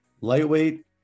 lightweight